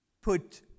put